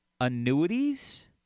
annuities